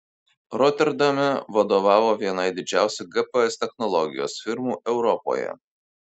roterdame vadovavo vienai didžiausių gps technologijos firmų europoje